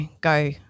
go